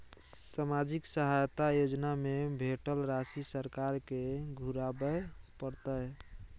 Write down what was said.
सामाजिक सहायता योजना में भेटल राशि सरकार के घुराबै परतै?